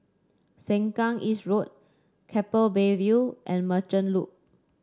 Sengkang East Road Keppel Bay View and Merchant Loop